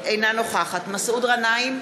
אינה נוכחת מסעוד גנאים,